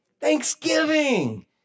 Thanksgiving